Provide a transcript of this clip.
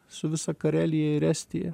su visa karelija ir estija